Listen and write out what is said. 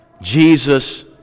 Jesus